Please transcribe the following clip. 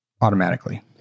automatically